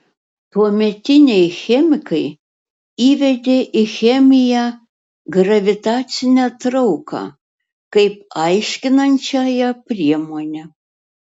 tuometiniai chemikai įvedė į chemiją gravitacinę trauką kaip aiškinančiąją priemonę